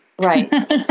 Right